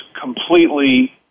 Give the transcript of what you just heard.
completely